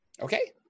Okay